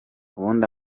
ubundi